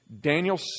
Daniel